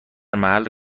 محل